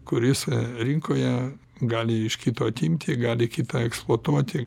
kuris rinkoje gali iš kito atimti gali kitą eksploatuoti